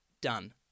Done